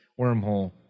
wormhole